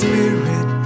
Spirit